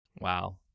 Wow